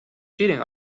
cheating